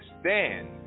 stand